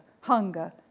hunger